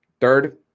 third